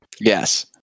Yes